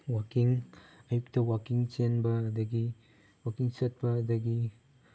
ꯋꯥꯛꯀꯤꯡ ꯑꯌꯨꯛꯇ ꯋꯥꯛꯀꯤꯡ ꯆꯦꯟꯕ ꯑꯗꯒꯤ ꯋꯥꯛꯀꯤꯡ ꯆꯠꯄ ꯑꯗꯒꯤ